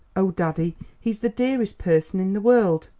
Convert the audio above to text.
oh, daddy, he's the dearest person in the world!